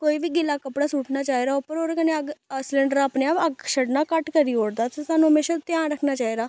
कोई बी गिल्ला कपड़ा सुट्टना चाहिदा उप्पर ओह्दे कन्नै अग्ग सलैंडर अपने आप अग्ग छड्डना घट्ट करी ओड़दा ते सानूं हमेशा ध्यान रक्खना चाहिदा